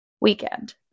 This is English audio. weekend